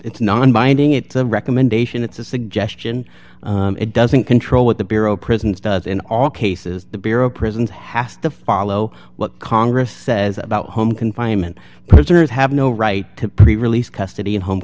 it's non binding it's a recommendation it's a suggestion it doesn't control what the bureau of prisons does in all cases the bureau of prisons has to follow what congress says about home confinement prisoners have no right to prevail east custody and home